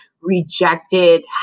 rejected